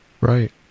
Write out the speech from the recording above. Right